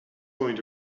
going